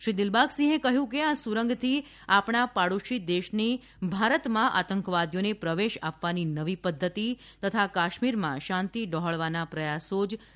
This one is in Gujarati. શ્રી દીલબાગસિંહ કહ્યું કે આ સુરંગથી આપણા પાડોશી દેશની ભારતમાં આતંકવાદીઓને પ્રવેશ આપવાની નવી પધ્ધતી તથા કાશ્મીરમાં શાંતી ડહોળવાના પ્રયાસો જ દેખાઈ આવે છે